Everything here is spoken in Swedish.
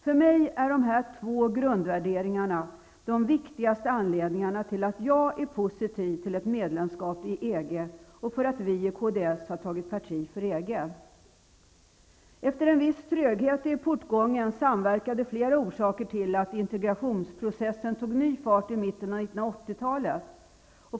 För mig är dessa två grundvärderingar de viktigaste anledningarna till att jag är positiv till ett medlemskap i EG och för att vi i kds har tagit ställning för EG. Efter en viss tröghet i portgången samverkade flera orsaker till att integrationsprocessen tog ny fart i mitten av 1980-talet.